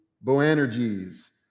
Boanerges